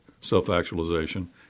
self-actualization